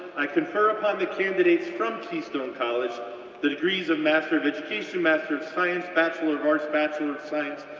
i confer upon the candidates from keystone college the degrees of master of education, master of science, bachelor of arts, bachelor of science,